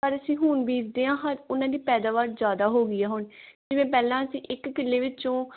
ਪਰ ਅਸੀਂ ਹੁਣ ਬੀਜਦੇ ਹਾਂ ਹਰ ਉਹਨਾਂ ਦੀ ਪੈਦਾਵਾਰ ਜ਼ਿਆਦਾ ਹੋ ਗਈ ਆ ਹੁਣ ਜਿਵੇਂ ਪਹਿਲਾਂ ਅਸੀਂ ਇੱਕ ਕਿੱਲੇ ਵਿੱਚੋਂ